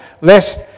lest